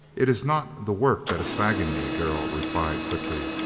it is not the work that is fagging me, darrell replied, quickly,